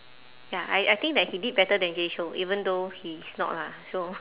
ya I I think that he did better than jay chou even though he's not lah so